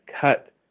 cut